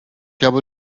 habe